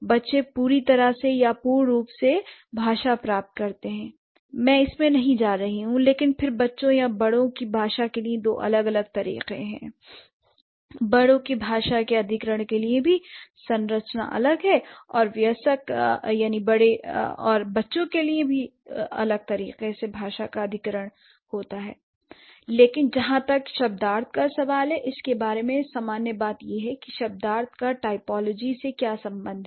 बच्चे पूरी तरह से या अपूर्ण रूप से से भाषा प्राप्त करते हैं l मैं इसमें नहीं जा रही हूं लेकिन फिर बच्चों या बड़ों की भाषा के लिए दो अलग अलग तरीके हैं बड़ों के भाषा के अधिग्रहण के लिए भी संरचना अलग है और वयस्क एक अलग तरीके से भाषा का अधिग्रहण करते हैं लेकिन जहाँ तक शब्दार्थ का सवाल है इसके बारे में सामान्य बात यह है कि शब्दार्थ का टाइपोलॉजी से क्या संबंध है